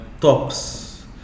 Tops